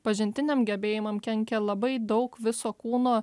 pažintiniam gebėjimam kenkia labai daug viso kūno